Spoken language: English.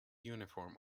uniform